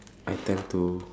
I tend to